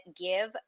give